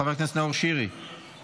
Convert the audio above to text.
חבר הכנסת נאור שירי, בבקשה.